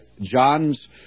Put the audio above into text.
John's